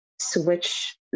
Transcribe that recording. switch